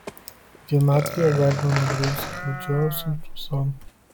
vienatvėje galima nugrimzti juodžiausion tamson